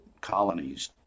colonies